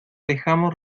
dejamos